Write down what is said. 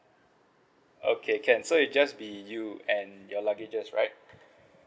okay can so it's just be you and your luggages right